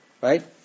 Right